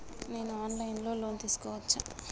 నేను online లో loan తీసుకోవచ్చా?